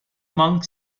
monk